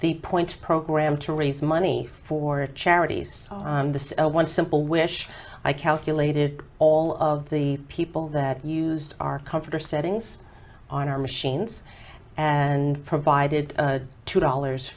the point program to raise money for charities on the one simple wish i calculated all of the people that used our comforter settings on our machines and provided two dollars